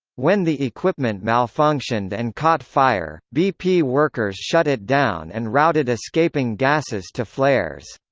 when the equipment malfunctioned and caught fire, bp workers shut it down and routed escaping gases to flares.